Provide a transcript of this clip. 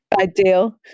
ideal